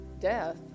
death